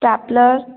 stapler